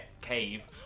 cave